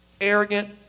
arrogant